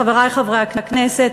חברי חברי הכנסת,